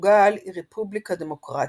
פורטוגל היא רפובליקה דמוקרטית,